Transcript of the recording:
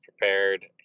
prepared